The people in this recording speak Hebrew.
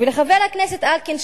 ולחבר הכנסת אלקין,